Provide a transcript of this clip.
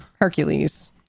Hercules